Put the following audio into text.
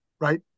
right